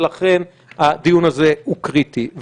ולכן הדיון הזה הוא קריטי.